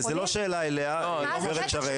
זאת לא שאלה אליה, הגב' שרן.